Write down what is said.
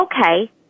okay